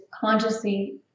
consciously